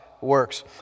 works